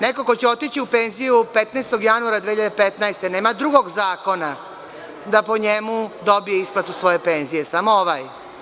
Neko ko će otići u penziju 15. januara 2015. godine, nema drugog zakona da po njemu dobije isplatu svoje penzije, samo ovaj.